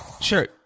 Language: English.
sure